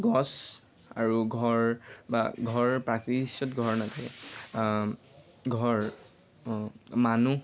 গছ আৰু ঘৰ বা ঘৰৰ প্ৰাকৃশ্যত ঘৰ নাথাকে ঘৰ মানুহ